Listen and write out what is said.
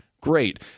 great